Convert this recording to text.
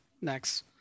next